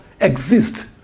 exist